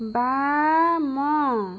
ବାମ